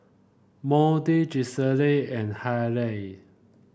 Moody Gisselle and Haylie